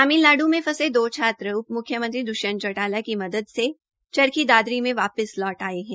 तमिलनाड् में फंसे दो छात्र उप म्ख्यमंत्री द्ष्यंत चौटाला की मदद से चरखी दादरी में वापस लौट आये है